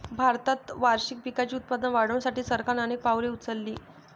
भारतात वार्षिक पिकांचे उत्पादन वाढवण्यासाठी सरकारने अनेक पावले उचलली